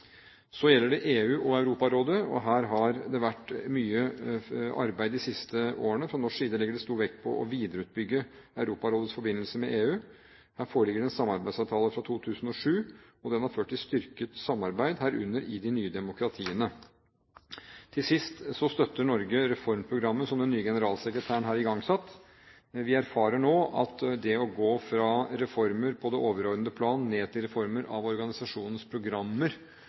Så gjelder det EU og Europarådet: Her har det vært mye arbeid de siste årene. Fra norsk side legger vi vekt på å videreutbygge Europarådets forbindelse med EU. Her foreligger det en samarbeidsavtale fra 2007, og den har ført til styrket samarbeid, herunder i de nye demokratiene. Til sist: Norge støtter reformprogrammet som den nye generalsekretæren har igangsatt, men vi erfarer nå at det å gå fra reformer på det overordnede plan ned til reformer av organisasjonens programmer